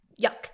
Yuck